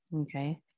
Okay